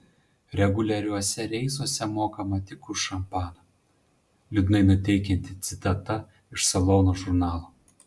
reguliariuose reisuose mokama tik už šampaną liūdnai nuteikianti citata iš salono žurnalo